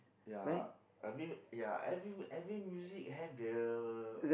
ya I mean ya every every music have the